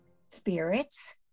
Spirits